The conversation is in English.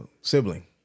Sibling